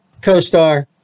co-star